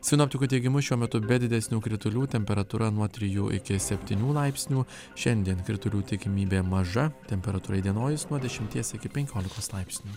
sinoptikų teigimu šiuo metu be didesnių kritulių temperatūra nuo trijų iki septynių laipsnių šiandien kritulių tikimybė maža temperatūra įdienojus nuo dešimties iki penkiolikos laipsnių